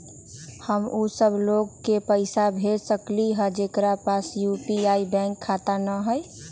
हम उ सब लोग के पैसा भेज सकली ह जेकरा पास यू.पी.आई बैंक खाता न हई?